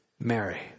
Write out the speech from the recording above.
Mary